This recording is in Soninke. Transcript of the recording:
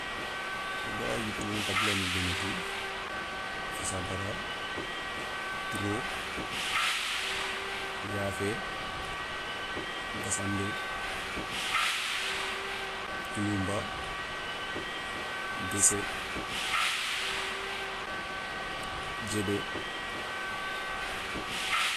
Wo ga yitoun khabilani bénou tou, fassa bara, touro, yaafé, gassambé, toulounba, guéssé, diébé.